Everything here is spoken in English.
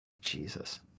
Jesus